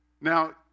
Now